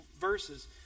verses